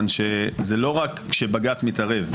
זה לא רק כשבג"ץ מתערב.